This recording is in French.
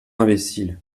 imbécile